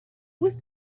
was